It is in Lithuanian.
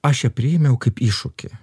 aš ją priėmiau kaip iššūkį